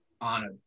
on